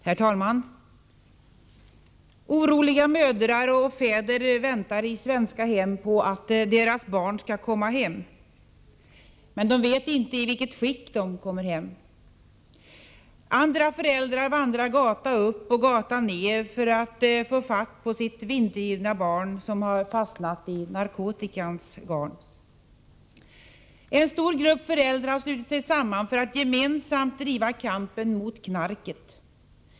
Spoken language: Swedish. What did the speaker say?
Herr talman! Många oroliga mödrar och fäder väntar i svenska hem på att deras barn skall komma hem. Men de vet inte i vilket skick barnen kommer hem, Andra föräldrar vandrar gata upp och gata ned för att få fatt på sitt vinddrivna barn, som har fastnat i narkotikans garn. En stor grupp föräldrar har slutit sig samman för att gemensamt driva kampen mot knarket.